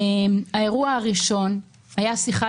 האירוע הראשון היה שיחה